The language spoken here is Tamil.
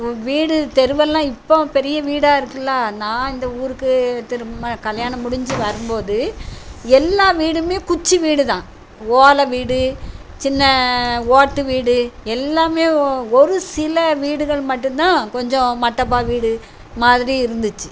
வீடு தெருவெல்லாம் இப்போம் பெரிய வீடாக இருக்குதுல்ல நான் இந்த ஊருக்கு திரும் கல்யாணம் முடிஞ்சு வரும் போது எல்லா வீடுமே குச்சு வீடு தான் ஓலை வீடு சின்ன ஓட்டு வீடு எல்லாமே ஒ ஒரு சில வீடுகள் மட்டும் தான் கொஞ்சம் மட்டப்பா வீடு மாதிரி இருந்திச்சு